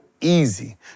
easy